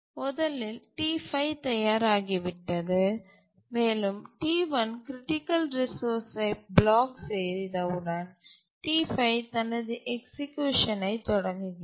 முதலில் T5 தயாராகிவிட்டது மேலும் T1 க்ரிட்டிக்கல் ரிசோர்ஸ்ஐ பிளாக் செய்தவுடன் T5 தனது எக்சிக்யூஷன் ஐ தொடங்குகிறது